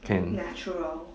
can